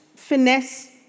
finesse